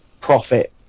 profit